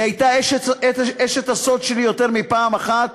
והיא הייתה אשת הסוד שלי יותר מפעם אחת